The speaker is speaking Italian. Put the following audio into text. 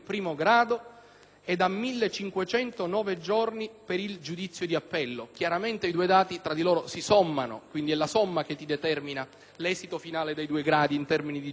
ed a 1.509 giorni per il giudizio di appello. Chiaramente i due dati tra loro si sommano, quindi è la somma che determina l'esito finale dei due gradi in termini di giacenza.